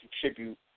contribute